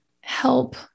help